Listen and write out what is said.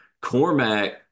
Cormac